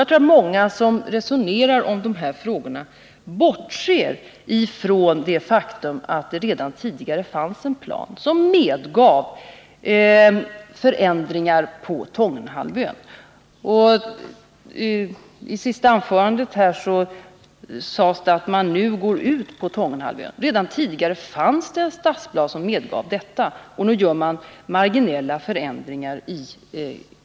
Jag tror att många som resonerar om de här frågorna bortser ifrån det faktum att det redan tidigare fanns en plan som medgav förändringar på Tångenhalvön. I det senaste anförandet sades att man nu har planer på att expandera på Tångenhalvön. Redan tidigare fanns en stadsplan som medgav detta. Nu gör man marginella förändringar.